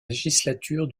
législature